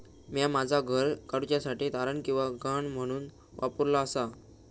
म्या माझा घर कर्ज काडुच्या साठी तारण किंवा गहाण म्हणून वापरलो आसा